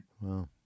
wow